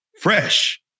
fresh